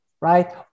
right